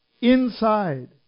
Inside